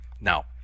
Now